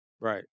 Right